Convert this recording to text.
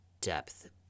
depth